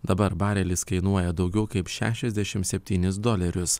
dabar barelis kainuoja daugiau kaip šešiasdešimt septynis dolerius